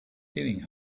doing